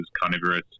carnivorous